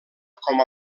com